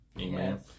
Amen